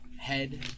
head